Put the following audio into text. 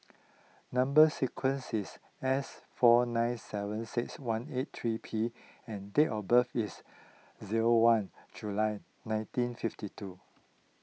Number Sequence is S four nine seven six one eight three P and date of birth is zero one July nineteen fifty two